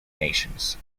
nations